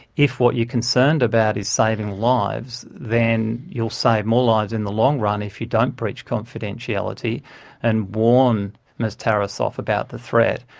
if what you're concerned about is saving lives then you'll save more lives in the long run if you don't breach confidentiality and warn ms tarasoff about the threat,